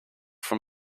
from